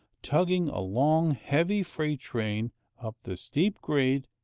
tugging a long, heavy freight train up the steep grade,